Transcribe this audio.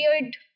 weird